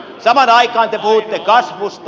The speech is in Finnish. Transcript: samaan aikaan te puhutte kasvusta